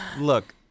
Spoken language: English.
Look